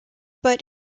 but